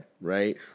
right